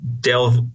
delve